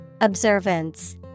Observance